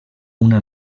una